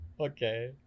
okay